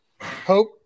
Hope